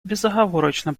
безоговорочно